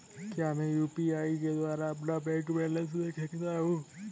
क्या मैं यू.पी.आई के द्वारा अपना बैंक बैलेंस देख सकता हूँ?